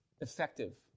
effective